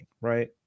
right